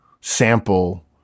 sample